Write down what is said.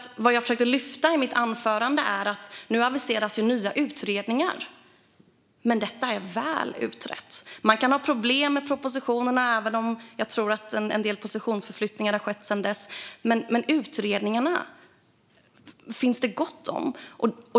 Vad jag försökte lyfta i mitt anförande var att det nu aviseras nya utredningar men att detta redan är väl utrett. Man kan ha problem med propositionerna, även om jag tror att en del positionsförflyttningar har skett sedan dess, men utredningar finns det gott om.